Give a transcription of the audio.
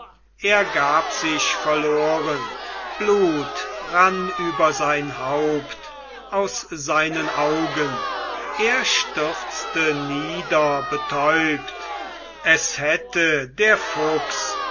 er gab sich verloren blut rann über sein haupt aus seinen augen er stürzte nieder betäubt es hätte der fuchs